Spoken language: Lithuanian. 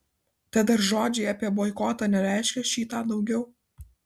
tad ar žodžiai apie boikotą nereiškia šį tą daugiau